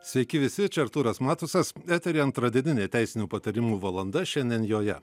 sykį visi čia artūras matusas eteryje antradieninė teisinių patarimų valanda šiandien joje